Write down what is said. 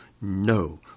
no